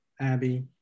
Abby